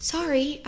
Sorry